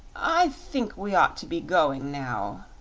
i think we ought to be going now,